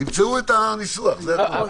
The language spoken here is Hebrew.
תמצאו את הניסוח, זה הכול.